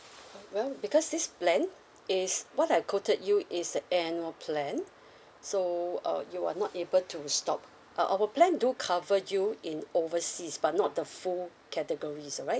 well because this plan is what I quoted you is the annual plan so uh you are not able to stop uh our plan do cover you in overseas but not the full categories right